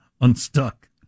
unstuck